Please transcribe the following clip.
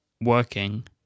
working